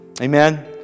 Amen